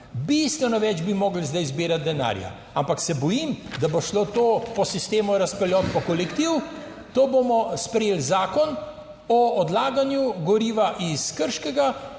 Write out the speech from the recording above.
bistveno več bi morali zdaj zbirati denarja, ampak se bojim, da bo šlo to po sistemu razplajat po kolektivu, to bomo sprejeli Zakon o odlaganju goriva iz Krškega